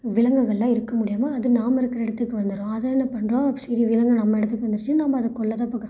விலங்குகள்லாம் இருக்க முடியாமல் அது நாம் இருக்கிற இடத்துக்கு வந்துடும் அதை என்ன பண்ணுறோம் சரி விலங்கு நம்ம இடத்துக்கு வந்துடுச்சுன்னு நம்ம அதை கொல்ல தான் பார்க்கறோம்